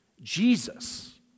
Jesus